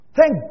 Thank